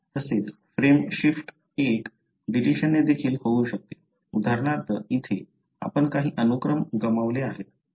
तसेच frame shift I डिलिशनने देखील होऊ शकते उदाहरणार्थ येथे आपण काही अनुक्रम गमावले आहेत